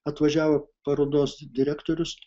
atvažiavo parodos direktorius